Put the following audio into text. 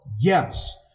Yes